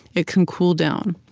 it can cool down.